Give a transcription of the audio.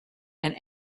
and